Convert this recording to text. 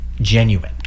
genuine